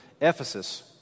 Ephesus